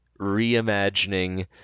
reimagining